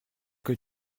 que